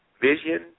vision